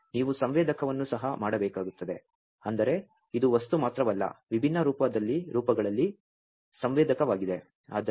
ಈಗ ನೀವು ಸಂವೇದಕವನ್ನು ಸಹ ಮಾಡಬೇಕಾಗುತ್ತದೆ ಅಂದರೆ ಇದು ವಸ್ತು ಮಾತ್ರವಲ್ಲ ವಿಭಿನ್ನ ರೂಪಗಳಲ್ಲಿ ಸಂವೇದಕವಾಗಿದೆ